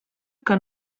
que